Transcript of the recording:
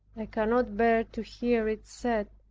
i cannot bear to hear it said,